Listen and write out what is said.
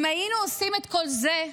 אם היינו עושים את כל זה,